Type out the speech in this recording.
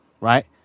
Right